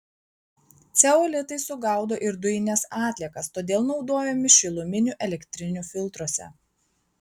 ceolitai sugaudo ir dujines atliekas todėl naudojami šiluminių elektrinių filtruose